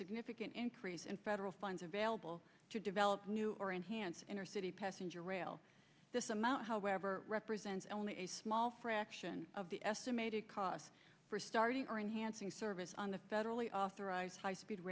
significant increase in federal funds available to develop new or enhance inner city passenger rail this amount however represents only a small fraction of the estimated costs for starting or enhancing service on the federally authorized high speed